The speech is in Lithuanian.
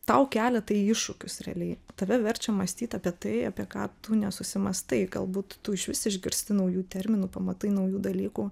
tau kelia tai iššūkius realiai tave verčia mąstyt apie tai apie ką tu nesusimąstai galbūt tu išvis išgirsi naujų terminų pamatai naujų dalykų